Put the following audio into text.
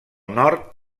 nord